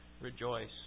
rejoice